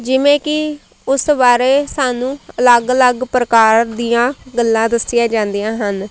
ਜਿਵੇਂ ਕਿ ਉਸ ਬਾਰੇ ਸਾਨੂੰ ਅਲੱਗ ਅਲੱਗ ਪ੍ਰਕਾਰ ਦੀਆਂ ਗੱਲਾਂ ਦੱਸੀਆਂ ਜਾਂਦੀਆਂ ਹਨ